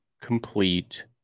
complete